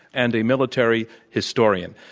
and a military historian.